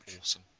awesome